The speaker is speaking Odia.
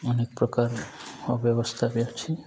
ଅନେକ ପ୍ରକାର ଅବ୍ୟବସ୍ଥା ବି ଅଛି